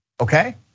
okay